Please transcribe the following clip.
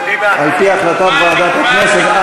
על-פי החלטת ועדת הכנסת,